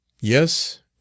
Yes